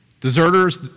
deserters